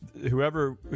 Whoever